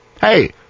Hey